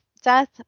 death